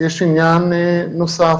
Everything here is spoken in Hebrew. יש עניין נוסף,